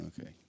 okay